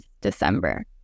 December